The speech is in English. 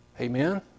Amen